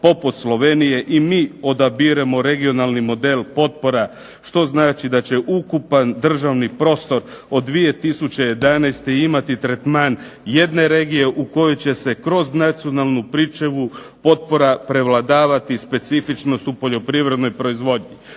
poput Slovenije i mi odabiremo regionalni model potpora što znači da će ukupan državni prostor od 2011. imati tretman jedne regije u kojoj će se kroz nacionalnu pričuvu potpora prevladavati specifičnost u poljoprivrednoj proizvodnji.